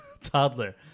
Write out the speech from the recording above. toddler